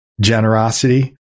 generosity